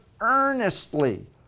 earnestly